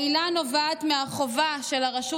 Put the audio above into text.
העילה נובעת מהחובה של הרשות